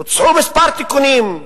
הוצעו כמה תיקונים לחוק-יסוד: